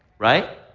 right?